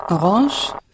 Orange